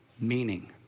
meaning